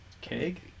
keg